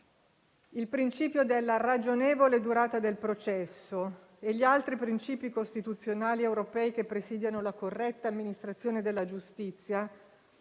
il principio della ragionevole durata del processo e gli altri principi costituzionali ed europei che presidiano la corretta amministrazione della giustizia